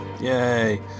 yay